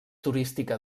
turística